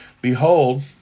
Behold